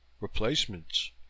replacements